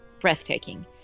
breathtaking